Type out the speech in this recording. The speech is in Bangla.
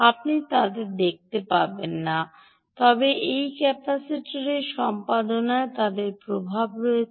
আপনি তাদের দেখতে পাবেন না তবে এই ক্যাপাসিটরের সম্পাদনায় তাদের প্রভাব রয়েছে